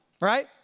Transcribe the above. right